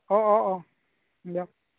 অঁ অঁ অঁ দিয়ক